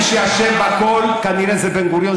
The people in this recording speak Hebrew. מי שאשם בכול כנראה זה בן-גוריון,